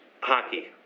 hockey